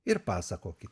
ir pasakokit